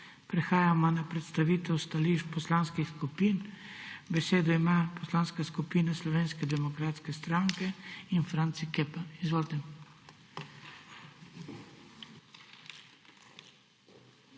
Prehajamo na predstavitev stališč poslanskih skupin. Besedo ima Poslanska skupina Slovenske demokratske stranke in Franci Kepa. Izvolite.